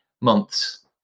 months